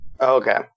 Okay